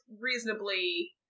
reasonably